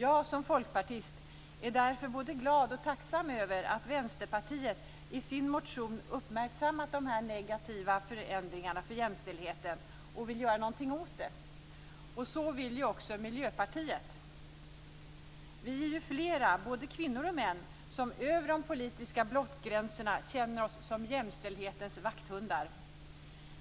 Jag, som folkpartist, är därför både glad och tacksam över att Vänsterpartiet i sin motion har uppmärksammat dessa negativa förändringar för jämställdheten och att man vill göra något åt dem. Så vill ju även Miljöpartiet. Vi är flera, både kvinnor och män, som över de politiska blockgränserna känner oss som jämställdhetens vakthundar.